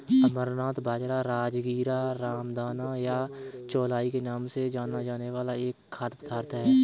अमरनाथ बाजरा, राजगीरा, रामदाना या चौलाई के नाम से जाना जाने वाला एक खाद्य पदार्थ है